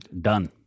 Done